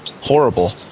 horrible